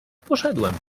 poszedłem